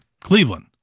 Cleveland